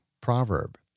proverb